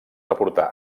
aportar